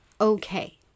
okay